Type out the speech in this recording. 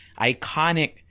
iconic